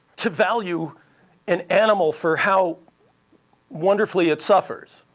to value an animal for how wonderfully it suffers.